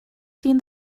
seen